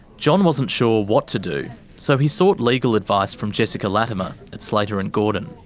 john wasn't sure what to do so he sought legal advice from jessica latimer at slater and gordon.